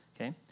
okay